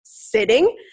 sitting